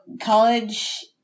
college